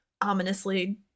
ominously